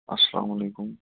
السلامُ علیکُم